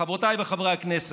חברותיי וחברי הכנסת,